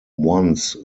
once